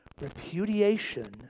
repudiation